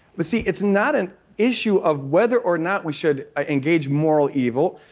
but see, it's not an issue of whether or not we should engage moral evil.